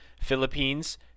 Philippines